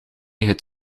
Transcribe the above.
het